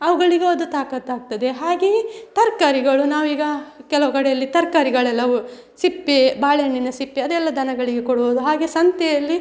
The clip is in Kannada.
ಅವುಗಳಿಗೆ ಅದು ತಾಕತ್ತು ಆಗ್ತದೆ ಹಾಗೆಯೇ ತರಕಾರಿಗಳು ನಾವೀಗ ಕೆಲವು ಕಡೆಯಲ್ಲಿ ತರಕಾರಿಗಳೆಲ್ಲ ಸಿಪ್ಪೆ ಬಾಳೆಹಣ್ಣಿನ ಸಿಪ್ಪೆ ಅದೆಲ್ಲ ದನಗಳಿಗೆ ಕೊಡುವುದು ಹಾಗೆ ಸಂತೆಯಲ್ಲಿ